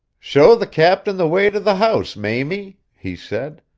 show the captain the way to the house, mamie, he said.